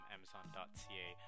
Amazon.ca